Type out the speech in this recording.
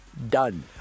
done